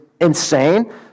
insane